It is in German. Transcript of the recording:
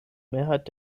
mehrheit